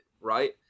Right